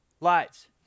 Lights